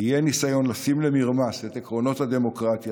יהיה ניסיון לשים למרמס את עקרונות הדמוקרטיה,